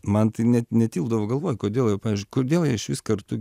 man tai net netilpdavo galvoj kodėl kodėl jie išvis kartu